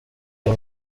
uyu